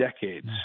decades